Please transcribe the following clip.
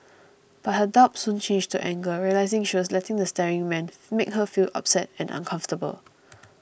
but her doubt soon changed to anger realising she was letting the staring man make her feel upset and uncomfortable